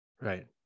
Right